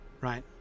right